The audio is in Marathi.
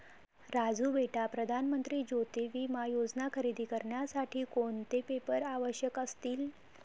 राजू बेटा प्रधान मंत्री ज्योती विमा योजना खरेदी करण्यासाठी कोणते पेपर आवश्यक असतील?